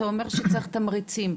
אתה אומר שצריך תמריצים.